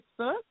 Facebook